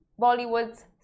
Bollywood's